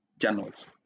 journals